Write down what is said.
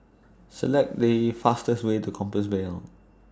Select The fastest Way to Compassvale